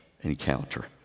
encounter